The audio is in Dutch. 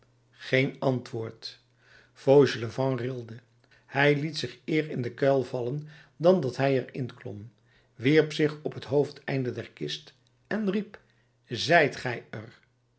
geen antwoord fauchelevent rilde hij liet zich eer in den kuil vallen dan dat hij er in klom wierp zich op het hoofdeinde der kist en riep zijt ge er